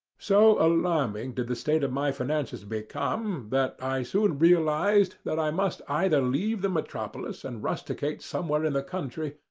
so alarming did the state of my finances become, that i soon realized that i must either leave the metropolis and rusticate somewhere in the country,